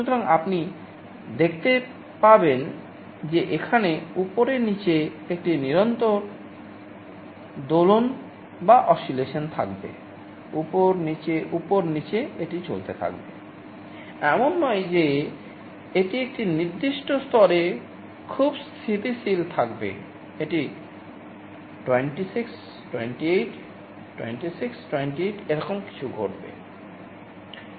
সুতরাং এখানে এর মতো একটি ওভারশুট থাকবে উপর নীচে উপর নীচে এটি চলতে থাকবে এমন নয় যে এটি একটি নির্দিষ্ট স্তরে খুব স্থিতিশীল থাকবে এটি 26 28 26 28 এরকম কিছু ঘটবে